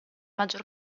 maggior